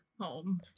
home